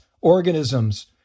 organisms